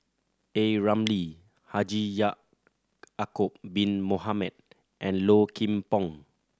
A Ramli Haji Ya'acob Bin Mohamed and Low Kim Pong